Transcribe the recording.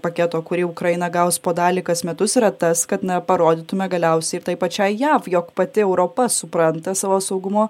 paketo kurį ukraina gaus po dalį kas metus yra tas kad na parodytume galiausiai pačiai jav jog pati europa supranta savo saugumo